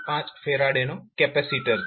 5 F નો capacitor છે